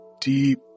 deep